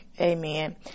amen